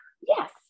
yes